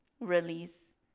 release